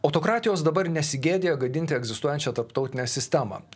autokratijos dabar nesigėdija gadinti egzistuojančią tarptautinę sistemą